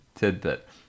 tidbit